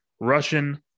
Russian